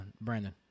Brandon